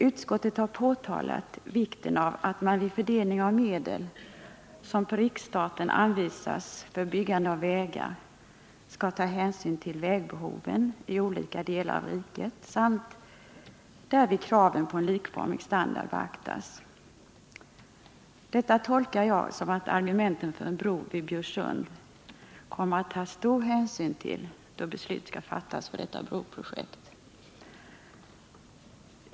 Utskottet har pekat på vikten av att man vid fördelning av medel, som på riksstaten anvisas för byggande av vägar, skall ta hänsyn till vägbehoven i olika delar av riket samt att därvid kraven på en likformig standard beaktas. Detta tolkar jag som att man kommer att ta stor hänsyn till argumenten för en bro vid Bjursund, då beslut skall fattas i fråga om detta broprojekt.